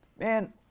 man